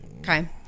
Okay